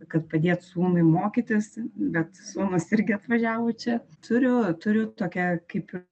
kad padėt sūnui mokytis bet sūnus irgi atvažiavo čia turiu turiu tokią kaip